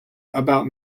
about